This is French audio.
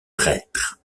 traître